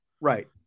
Right